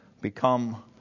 Become